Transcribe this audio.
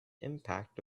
impact